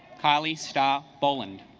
kylie star boland